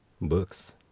books